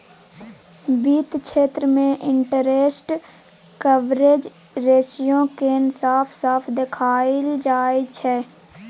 वित्त क्षेत्र मे इंटरेस्ट कवरेज रेशियो केँ साफ साफ देखाएल जाइ छै